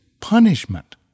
punishment